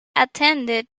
attended